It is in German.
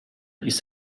ist